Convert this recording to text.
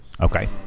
Okay